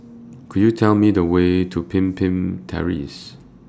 Could YOU Tell Me The Way to Pemimpin Terrace